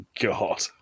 god